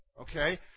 Okay